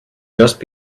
just